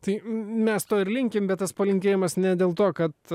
tai mes to ir linkime bet tas palinkėjimas ne dėl to kad